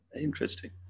Interesting